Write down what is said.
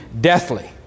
deathly